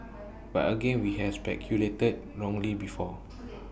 but again we've speculated wrongly before